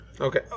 Okay